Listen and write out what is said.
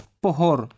pohor